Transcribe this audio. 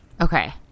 Okay